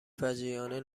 فجیعانه